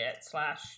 slash